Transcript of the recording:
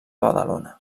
badalona